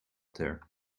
there